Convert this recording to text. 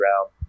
round